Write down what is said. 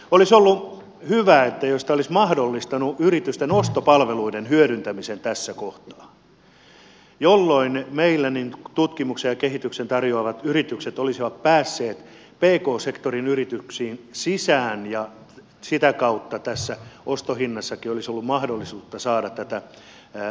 olisi ollut hyvä jos tämä olisi mahdollistanut yritysten ostopalveluiden hyödyntämisen tässä kohtaa jolloin meillä tutkimuksen ja kehityksen tarjoavat yritykset olisivat päässeet pk sektorin yrityksiin sisään ja sitä kautta tässä ostohinnassakin olisi ollut mahdollisuutta saada tätä verotukea